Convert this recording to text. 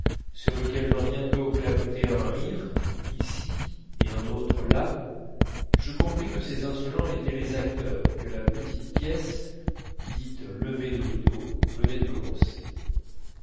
sur lequel vint bientôt clapoter un rire ici un autre là je compris que ces insolents étaient les acteurs et que la petite pièce dite lever de rideau venait de commencer